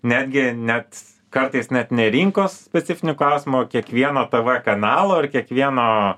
netgi net kartais net ne rinkos specifinių klausimų o kiekvieno tv kanalo ir kiekvieno